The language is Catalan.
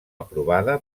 aprovada